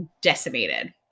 decimated